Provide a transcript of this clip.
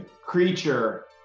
creature